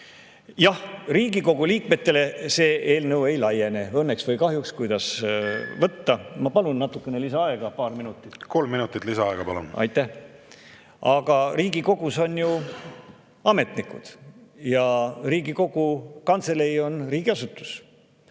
jah, Riigikogu liikmetele see eelnõu ei laiene. Õnneks või kahjuks, kuidas võtta. Ma palun natuke lisaaega, paar minutit. Kolm minutit lisaaega, palun! Kolm minutit lisaaega, palun! Aitäh! Aga Riigikogus on ju ametnikud ja Riigikogu Kantselei on riigiasutus.